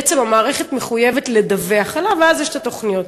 בעצם המערכת מחויבת לדווח עליו, ואז יש תוכניות.